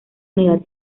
unidad